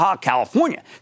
California